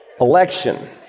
Election